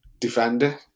defender